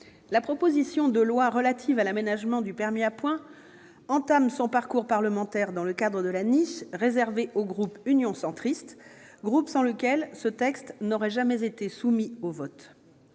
la proposition de loi relative à l'aménagement du permis à points entame son parcours parlementaire dans le cadre de la niche réservée au groupe Union Centriste, sans lequel ce texte n'aurait jamais été soumis au vote.